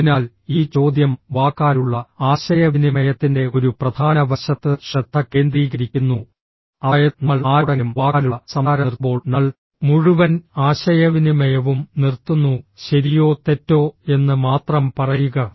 അതിനാൽ ഈ ചോദ്യം വാക്കാലുള്ള ആശയവിനിമയത്തിന്റെ ഒരു പ്രധാന വശത്ത് ശ്രദ്ധ കേന്ദ്രീകരിക്കുന്നു അതായത് നമ്മൾ ആരോടെങ്കിലും വാക്കാലുള്ള സംസാരം നിർത്തുമ്പോൾ നമ്മൾ മുഴുവൻ ആശയവിനിമയവും നിർത്തുന്നു ശരിയോ തെറ്റോ എന്ന് മാത്രം പറയുക